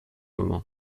moment